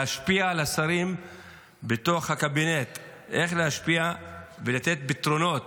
להשפיע על השרים בתוך הקבינט ולתת פתרונות